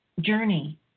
journey